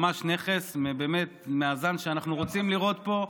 ממש נכס, באמת מהזן שאנחנו רוצים לראות פה.